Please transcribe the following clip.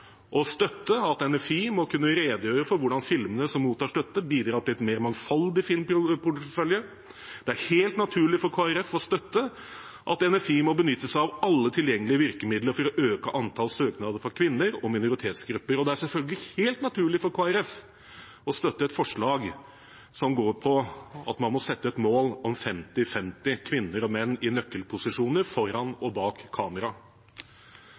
å støtte at NFI må kunne redegjøre for hvordan filmene som mottar støtte, bidrar til en mer mangfoldig filmportefølje. Det er helt naturlig for Kristelig Folkeparti å støtte at NFI må benytte seg av alle tilgjengelige virkemidler for å øke antall søknader fra kvinner og minoritetsgrupper. Og det er selvfølgelig helt naturlig for Kristelig Folkeparti å støtte et forslag som går ut på at man må sette et mål om femti-femti kvinner og menn i nøkkelposisjoner foran og bak kamera.